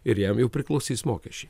ir jam jau priklausys mokesčiai